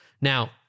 Now